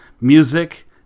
music